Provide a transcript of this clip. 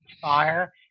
fire